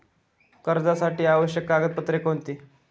कर्जासाठी आवश्यक कागदपत्रे कोणती?